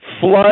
flood